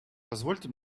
позвольте